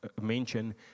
mention